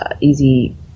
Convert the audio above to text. easy